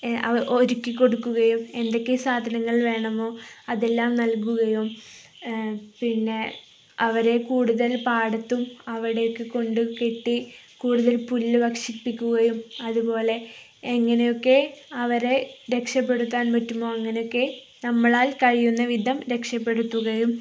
ഒരുക്കി കൊടുക്കുകയും എന്തൊക്കെ സാധനങ്ങൾ വേണമോ അതെല്ലാം നൽകുകയും അ പിന്നെ അവരെ കൂടുതൽ പാടത്തും അവിടെയൊക്കെ കൊണ്ടുക്കെട്ടി കൂടുതൽ പുല്ല് ഭക്ഷിപ്പിക്കുകയും അതുപോലെ എങ്ങനെയൊക്കെ അവരെ രക്ഷപ്പെടുത്താൻ പറ്റുമോ അങ്ങനെയൊക്കെ നമ്മളാൽ കഴിയുന്ന വിധം രക്ഷപ്പെടുത്തുകയും